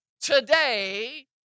Today